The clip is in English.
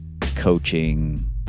coaching